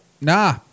nah